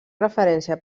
referència